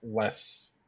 less